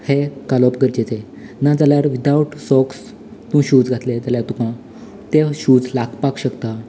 हें घालप गरजेचें ना जाल्यार विदावट सॉक्स तूं शूज घातलें जाल्यार तुका तें शूज लागपाक शकतात